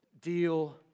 deal